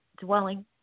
Dwelling